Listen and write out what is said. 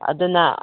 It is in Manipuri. ꯑꯗꯨꯅ